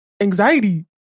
anxiety